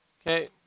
Okay